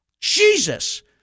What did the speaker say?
Jesus